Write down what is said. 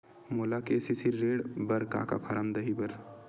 मोला के.सी.सी ऋण बर का का फारम दही बर?